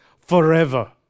forever